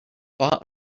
bought